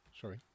sorry